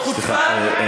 זאת חוצפה, סליחה,